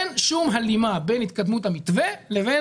אין שום הלימה בין התקדמות המתווה לבין